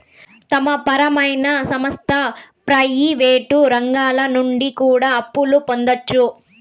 మత పరమైన సంస్థ ప్రయివేటు రంగాల నుండి కూడా అప్పులు పొందొచ్చు